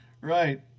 Right